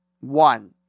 One